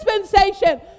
dispensation